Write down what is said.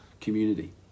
community